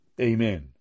Amen